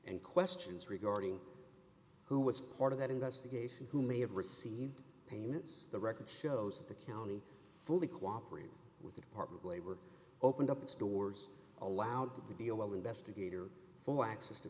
and questions regarding who was part of that investigation who may have received payments the record shows the county fully cooperate with the department of labor opened up its doors allowed the deal investigator for access to